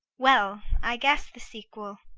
well, i guess the sequel